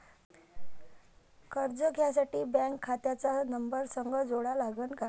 कर्ज घ्यासाठी बँक खात्याचा नंबर संग जोडा लागन का?